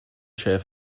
chair